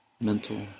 mental